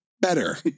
better